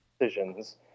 decisions